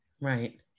Right